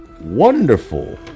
wonderful